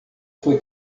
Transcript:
foi